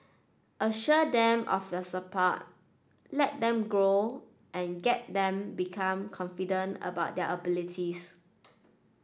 assure them of your support let them grow and get them become confident about their abilities